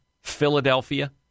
Philadelphia